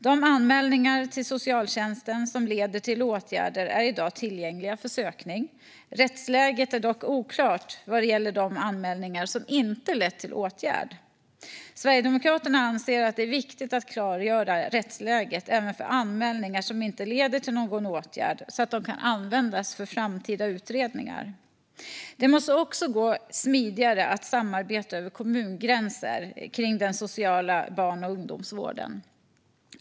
De anmälningar till socialtjänsten som leder till åtgärder är i dag tillgängliga för sökning. Rättsläget är dock oklart vad gäller de anmälningar som inte har lett till åtgärd. Sverigedemokraterna anser att det är viktigt att klargöra rättsläget även för anmälningar som inte leder till någon åtgärd, så att dessa kan användas för framtida utredningar. Det måste också gå smidigare att samarbeta över kommungränser kring den sociala barn och ungdomsvården.